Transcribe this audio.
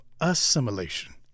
assimilation